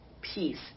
peace